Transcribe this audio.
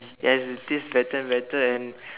ya it tastes better and better and